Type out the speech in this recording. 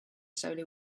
solo